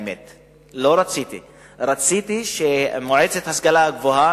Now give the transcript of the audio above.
רציתי שהמועצה להשכלה גבוהה,